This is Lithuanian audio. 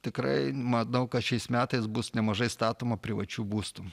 tikrai manau kad šiais metais bus nemažai statoma privačių būstų